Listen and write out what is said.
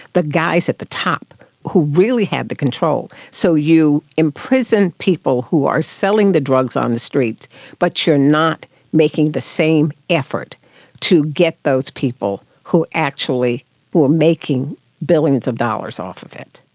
the guys at the top who really had the control. so you imprison imprison people who are selling the drugs on the streets but you're not making the same effort to get those people who actually were making billions of dollars off of it.